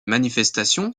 manifestations